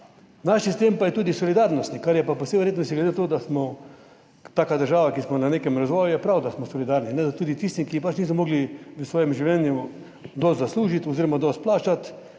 Naš sistem pa je tudi solidarnostni, kar je pa po vsej verjetnosti, glede na to, da smo taka država, ki smo v nekem razvoju, je prav, da smo solidarni, da tudi tisti, ki pač niso mogli v svojem življenju dosti zaslužiti oziroma dosti plačati,